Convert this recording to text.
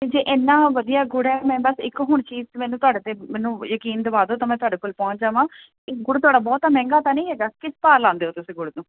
ਤੇ ਜੇ ਇਨਾ ਵਧੀਆ ਗੁੜ ਐ ਮੈਂ ਬਸ ਇੱਕ ਹੁਣ ਚੀਜ਼ ਮੈਨੂੰ ਤੁਹਾਡੇ ਤੇ ਮੈਨੂੰ ਯਕੀਨ ਦਵਾ ਦੋ ਤਾਂ ਮੈਂ ਤੁਹਾਡੇ ਕੋਲ ਪਹੁੰਚ ਜਾਵਾਂ ਗੁੜ ਤੁਹਾਡਾ ਬਹੁਤਾ ਮਹਿੰਗਾ ਤਾਂ ਨਹੀਂ ਹੈਗਾ ਕਿਸ ਭਾਅ ਲਾਉਂਦੇ ਹੋ ਤੁਸੀਂ ਗੁੜ ਨੂੰ